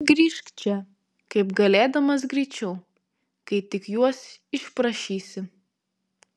grįžk čia kaip galėdamas greičiau kai tik juos išprašysi